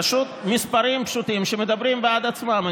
פשוט מספרים פשוטים שמדברים בעד עצמם.